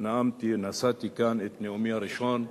אני נשאתי כאן את נאומי הראשון,